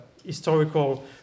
historical